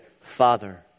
Father